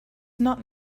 not